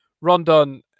Rondon